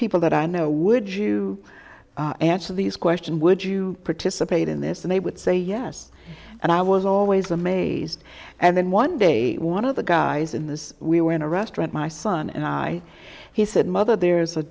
people that i know would answer these questions would you participate in this and they would say yes and i was always amazed and then one day one of the guys in this we were in a restaurant my son and i he said mother there's a